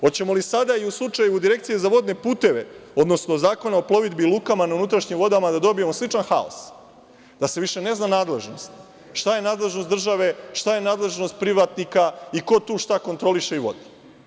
Hoćemo li sada i u slučaju Direkcije za vodne puteve, odnosno Zakona o plovidbi i lukama na unutrašnjim vodama da dobijemo sličan haos, da se više ne zna nadležnost, šta je nadležnost države, šta je nadležnost privatnika i ko tu šta kontroliše i vodi?